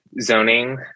zoning